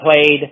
played